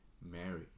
Mary